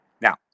Now